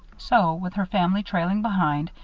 so, with her family trailing behind,